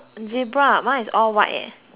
is all white eh